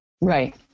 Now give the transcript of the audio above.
Right